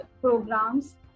programs